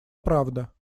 правда